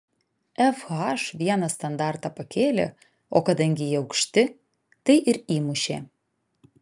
fh vieną standartą pakėlė o kadangi jie aukšti tai ir įmušė